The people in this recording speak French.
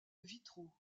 vitraux